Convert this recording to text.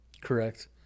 Correct